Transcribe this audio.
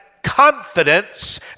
confidence